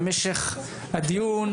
במשך הדיון,